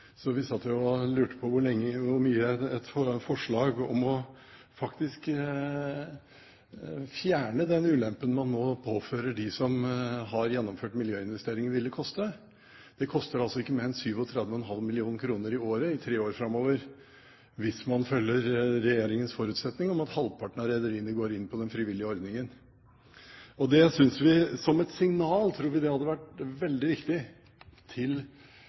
hvor mye et forslag om å fjerne den ulempen man nå påfører dem som har gjennomført miljøinvesteringen, faktisk ville koste. Det koster altså ikke mer enn 37,5 mill. kr i året i tre år framover hvis man følger regjeringens forutsetning om at halvparten av rederiene går inn på den frivillige ordningen. Vi tror det hadde vært et veldig viktig signal til næringen, ikke minst at de som var veldig lojale og foretok miljøinvesteringene, ikke skal komme dårligere ut. Rederinæringen er en veldig viktig